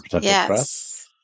yes